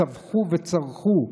צווחו וצרחו,